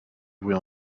bruit